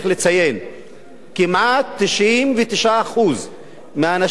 כמעט 99% מהאנשים שנפגשת אתם,